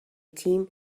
تیم